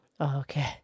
Okay